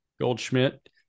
Goldschmidt